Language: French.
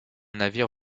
navire